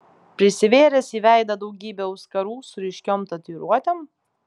prisivėręs į veidą daugybę auskarų su ryškiom tatuiruotėm